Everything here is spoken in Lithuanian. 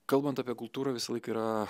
kalbant apie kultūrą visąlaik yra